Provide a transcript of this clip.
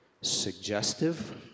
suggestive